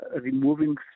removing